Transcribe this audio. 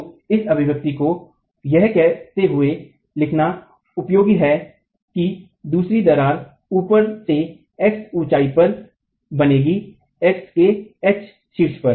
तो इस अभिव्यक्ति को यह कहते हुए लिखना उपयोगी है कि दूसरी दरार ऊपर से x ऊंचाई पर बनेगी x के h से शीर्ष पर